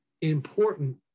important